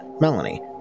Melanie